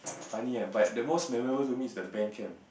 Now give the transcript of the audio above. funny ah but the most memorable to me is the band camp